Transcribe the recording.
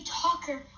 talker